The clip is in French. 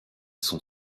son